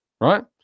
right